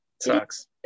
Sucks